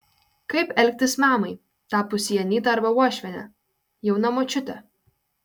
kaip elgtis mamai tapusiai anyta arba uošviene jauna močiute